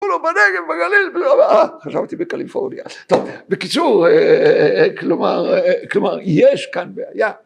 בנגב, בגליל. חשבתי בקליפורניה. טוב, בקיצור, כלומר, כלומר, יש כאן בעיה.